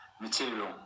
material